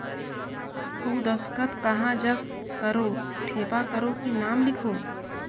अउ दस्खत कहा जग करो ठेपा करो कि नाम लिखो?